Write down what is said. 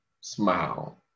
smile